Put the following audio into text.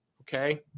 okay